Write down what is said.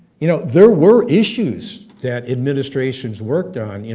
you know, there were issues that administrations worked on, you